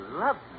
love